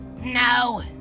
No